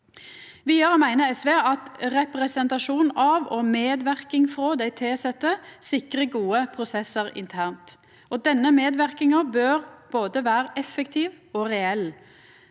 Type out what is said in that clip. meiner SV at representasjon av og medverking frå dei tilsette sikrar gode prosessar internt. Denne medverkinga bør vera både effektiv og reell.